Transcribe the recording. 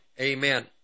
Amen